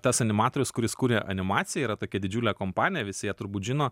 tas animatorius kuris kuria animaciją yra tokia didžiulė kompanija visi ją turbūt žino